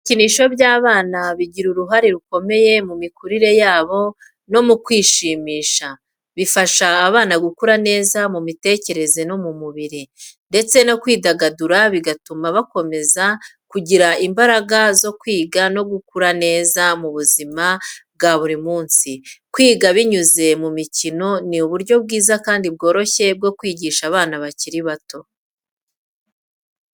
Ibikinisho by’abana bigira uruhare rukomeye mu mikurire yabo no mu kwishimisha. Bifasha abana gukura neza mu mitekerereze no mu mubiri, ndetse no kwidagadura bigatuma bakomeza kugira imbaraga zo kwiga no gukora neza mu buzima bwa buri munsi. Kwiga binyuze mu mikino ni uburyo bwiza kandi bworoshye bwo kwigisha abana bakiri bato.